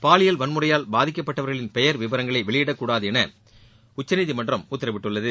பாலியல் வன்முறையால் பாதிக்கப்பட்டவர்களின் பெயர் விவரங்களை வெளியிடக்கூடாது என்று உச்சநீதிமன்றம் உத்தரவிட்டுள்ளது